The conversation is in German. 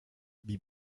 wie